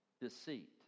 Deceit